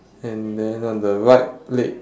and then on the right leg